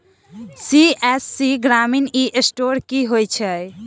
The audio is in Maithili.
सी.एस.सी ग्रामीण ई स्टोर की होइ छै?